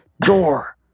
door